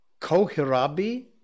kohirabi